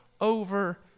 over